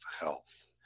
health